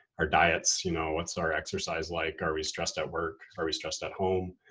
our diets. you know what's our exercise like, are we stressed at work? are we stressed at home?